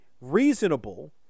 reasonable